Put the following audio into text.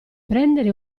prendere